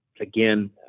again